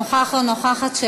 נוכח או נוכחת,